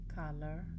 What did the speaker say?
color